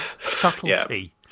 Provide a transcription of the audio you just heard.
subtlety